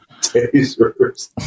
Tasers